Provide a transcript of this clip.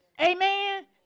Amen